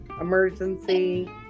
emergency